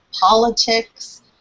politics